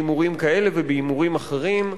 בהימורים כאלה ובהימורים אחרים.